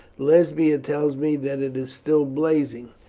lesbia tells me that it is still blazing,